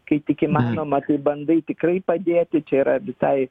kai tik įmanoma tai bandai tikrai padėti čia yra visai